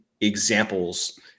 examples